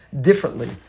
differently